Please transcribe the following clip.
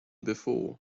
before